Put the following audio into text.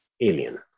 alien